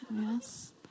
yes